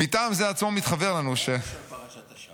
"מטעם זה עצמו מתחוור לנו ---"--- פרשת השבוע.